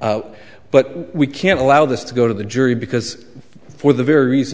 but we can't allow this to go to the jury because for the very reason